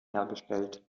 hergestellt